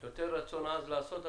יש יותר רצון עז לעשות,